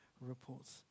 reports